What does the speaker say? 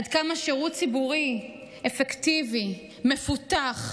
עד כמה שירות ציבורי אפקטיבי מפותח,